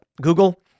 Google